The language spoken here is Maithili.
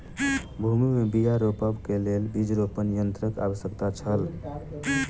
भूमि में बीया रोपअ के लेल बीज रोपण यन्त्रक आवश्यकता छल